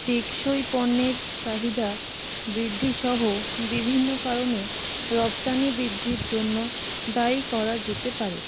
টেকসই পণ্যের চাহিদা বৃদ্ধিসহ বিভিন্ন কারণে রফতানি বৃদ্ধির জন্য দায়ী করা যেতে পারে